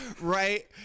right